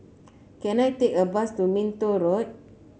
can I take a bus to Minto Road